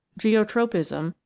geotropism,